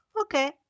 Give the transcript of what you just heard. okay